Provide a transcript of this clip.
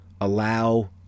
allow